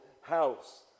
house